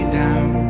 down